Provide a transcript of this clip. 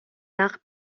nach